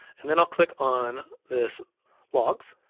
and then i'll click on this logs,